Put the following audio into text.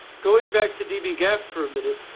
going back to dbgap for a minute,